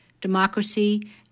democracy